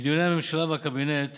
בדיוני הממשלה והקבינט